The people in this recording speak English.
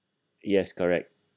yes correct